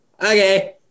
okay